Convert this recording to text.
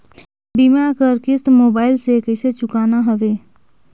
बीमा कर किस्त मोबाइल से कइसे चुकाना हवे